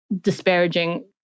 disparaging